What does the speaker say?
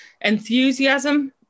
enthusiasm